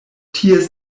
ties